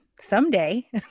someday